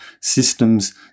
systems